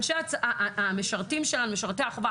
משרתי החובה,